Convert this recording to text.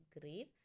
grave